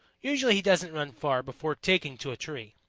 usually he doesn't run far before taking to a tree.